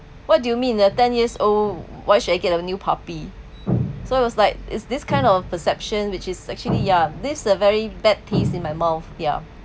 what do you mean the ten years old why should I get a new puppy so it was like is this kind of perception which is actually ya this a very bad taste in my mouth ya